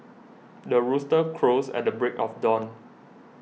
the rooster crows at the break of dawn